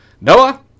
Noah